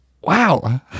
wow